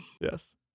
yes